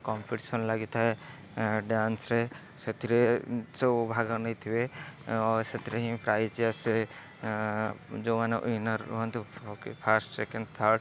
competition ଲାଗିଥାଏ ଡ୍ୟାନସ୍ରେ ସେଥିରେ ସବୁ ଭାଗ ନେଇଥିବେ ସେଥିରେ ହିଁ ପ୍ରାଇଜ୍ ଆସେ ଯେଉଁମାନେ ୱିନର୍ ହୁଅନ୍ତୁ ଫାଷ୍ଟ୍ ସେକେଣ୍ଡ୍ ଥାର୍ଡ଼୍